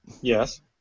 Yes